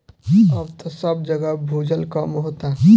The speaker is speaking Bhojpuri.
अब त सब जगह भूजल कम होता